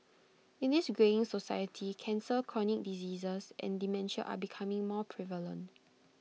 in this greying society cancer chronic diseases and dementia are becoming more prevalent